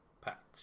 packs